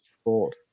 sport